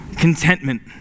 Contentment